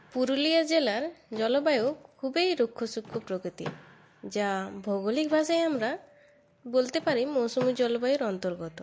পুরুলিয়া জেলার জলবায়ু খুবই রুক্ষ শুক্ষ প্রকৃতির যা ভৌগলিক ভাষায় আমরা বলতে পারি মৌসুমি জলবায়ুর অন্তর্গত